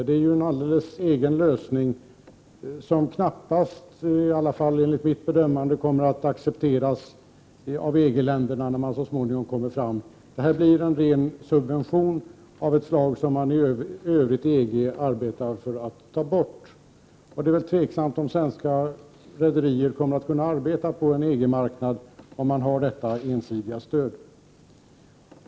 Det är en helt egen lösning, som knappast — i alla fall enligt mitt bedömande — kommer att accepteras av EG-länderna när man kommer så långt. Det här blir en ren subvention av ett slag som man i övrigt i EG arbetar för att ta bort. Det är tveksamt om svenska rederier kommer att kunna arbeta på en EG-marknad om man har detta ensidiga stöd.